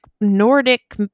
nordic